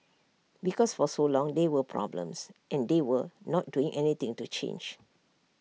because for so long there were problems and they were not doing anything to change